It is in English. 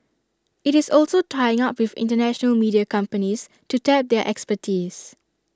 IT is also tying up with International media companies to tap their expertise